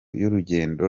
y’urugendo